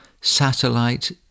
satellite